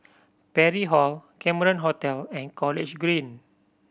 Parry Hall Cameron Hotel and College Green